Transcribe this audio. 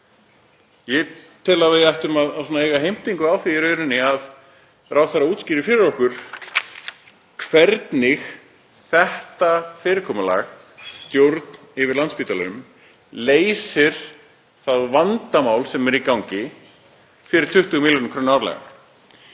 Ég tel að við eigum heimtingu á því að ráðherra útskýri fyrir okkur hvernig þetta fyrirkomulag, stjórn yfir Landspítalanum, leysir það vandamál sem er í gangi fyrir 20 millj. kr. árlega.